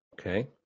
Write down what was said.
Okay